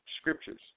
scriptures